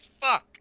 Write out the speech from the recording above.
fuck